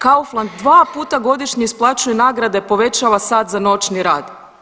Kaufland 2 puta godišnje isplaćuje nagrade, povećava sat za noćni rad.